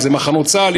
אם מדובר במחנות צה"ל,